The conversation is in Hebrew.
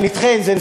נדחה את זה,